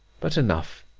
but enough,